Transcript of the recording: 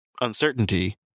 uncertainty